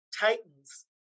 titans